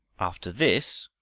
after this,